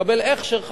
לקבל הכשר,